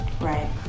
Right